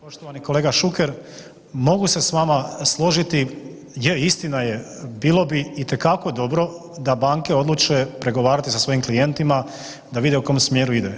Poštovani kolega Šuker, mogu se s vama složiti, je istina je bilo bi itekako dobro da banke odluče pregovarati sa svojim klijentima, da vide u kom smjeru ide.